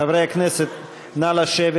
חברי הכנסת, נא לשבת.